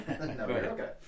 Okay